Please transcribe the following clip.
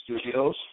Studios